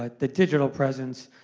ah the digital presence,